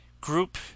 Group